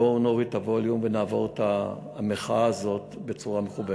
בואו נוריד את הווליום ונעבור את המחאה הזאת בצורה מכובדת.